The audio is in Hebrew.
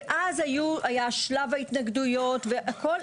ואז היה שלב ההתנגדויות והכל.